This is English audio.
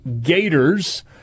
Gators